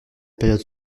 période